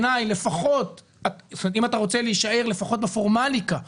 אם אתה רוצה להישאר לפחות בפורמליקה,